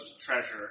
treasure